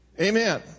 Amen